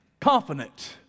confident